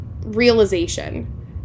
realization